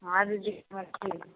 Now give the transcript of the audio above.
हाँ दीदी नमस्ते